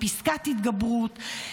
פסקת התגברות,